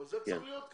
אבל זה צריך להיות ככה.